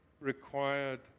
required